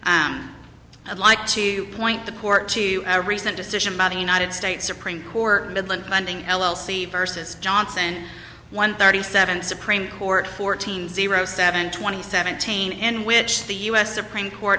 i'd like to point the court to a recent decision by the united states supreme court in midland finding l l c versus johnson one thirty seven supreme court fourteen zero seven twenty seventeen in which the us supreme court